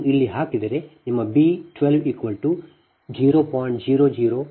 ನೀವು ಇಲ್ಲಿ ಹಾಕಿದರೆ ನಿಮ್ಮ B 12 0